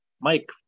Mike